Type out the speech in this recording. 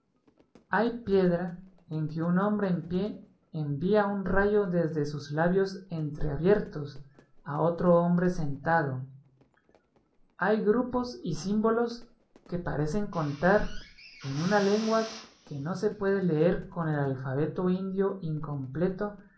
hay piedra en que un hombre en pie envía un rayo desde sus labios entreabiertos a otro hombre sentado hay grupos y símbolos que parecen contar en una lengua que no se puede leer con el alfabeto indio incompleto